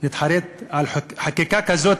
נתחרט על חקיקה כזאת,